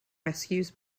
rescues